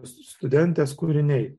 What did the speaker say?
studentės kūriniai